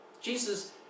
Jesus